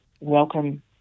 welcome